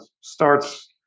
starts